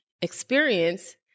experience